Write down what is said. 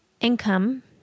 income